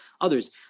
others